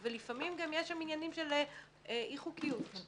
ולפעמים יש גם עניינים של אי חוקיות.